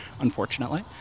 unfortunately